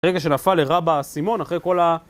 רגע שנפל לרבה האסימון אחרי כל ה...